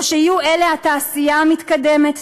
או שיהיו אלה התעשייה המתקדמת,